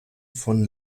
von